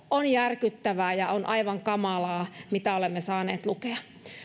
on järkyttävää ja on aivan kamalaa se mitä olemme saaneet lukea